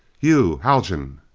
you haljan?